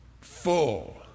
Full